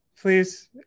please